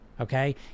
Okay